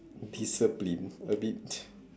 discipline a bit